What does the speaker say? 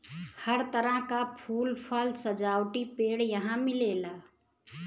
हर तरह क फूल, फल, सजावटी पेड़ यहां मिलेला